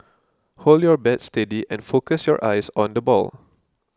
hold your bat steady and focus your eyes on the ball